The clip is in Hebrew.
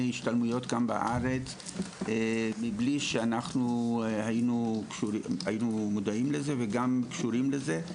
השתלמויות כאן בארץ בלי שהיינו מודעים לזה וגם קשורים לזה,